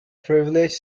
privilege